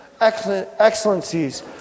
excellencies